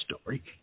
story